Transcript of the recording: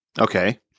Okay